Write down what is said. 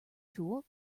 tool